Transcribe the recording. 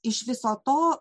iš viso to